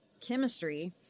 chemistry